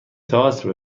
تاتر